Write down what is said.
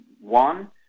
one